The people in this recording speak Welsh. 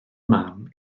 mam